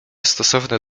stosowne